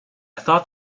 thought